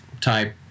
type